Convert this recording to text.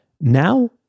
Now